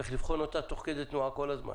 צריך לבחון אותה תוך כדי תנועה כל הזמן